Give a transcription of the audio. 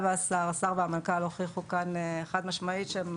השר והמנכ"ל הוכיחו כאן חד משמעית שהם